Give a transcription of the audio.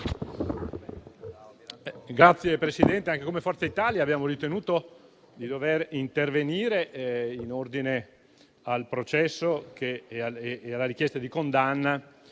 Signor Presidente, anche come Forza Italia abbiamo ritenuto di dover intervenire in ordine al processo e alla richiesta di condanna